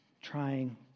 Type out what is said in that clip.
trying